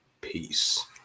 Peace